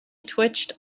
twitched